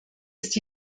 ist